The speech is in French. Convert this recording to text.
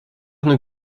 nous